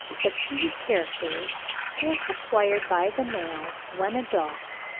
but these characters if acquired by the males when adult,